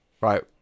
Right